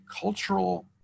cultural